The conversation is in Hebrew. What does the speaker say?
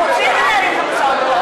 אנחנו רוצים לנהל אתם משא-ומתן.